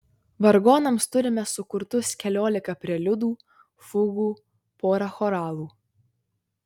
vargonams turime sukurtus keliolika preliudų fugų porą choralų